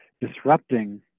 Disrupting